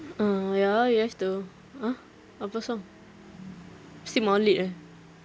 oh ya ah we have to !huh! apa song mesti maulidnya